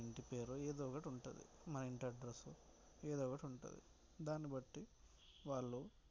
ఇంటి పేరో ఏదో ఒకటి ఉంటుంది మన ఇంటి అడ్రసో ఏదో ఒకటి ఉంటుంది దాని బట్టి వాళ్ళు